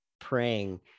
praying